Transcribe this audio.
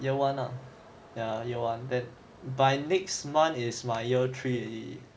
year one ah ya year one then by next month is my year three already